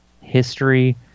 history